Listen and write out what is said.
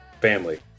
family